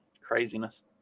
craziness